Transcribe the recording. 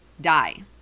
die